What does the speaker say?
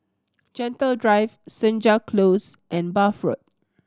Gentle Drive Senja Close and Bath Road